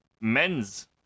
men's